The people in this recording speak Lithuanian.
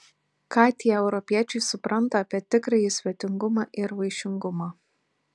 ką tie europiečiai supranta apie tikrąjį svetingumą ir vaišingumą